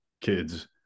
kids